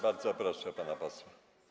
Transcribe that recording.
Bardzo proszę pana posła.